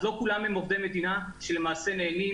לא כולם הם עובדי מדינה שלמעשה נהנים